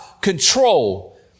control